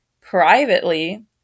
privately